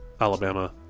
Alabama